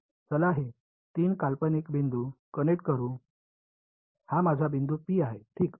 चला हे 3 काल्पनिक बिंदू कनेक्ट करू हा माझा बिंदू P आहे ठीक